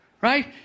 right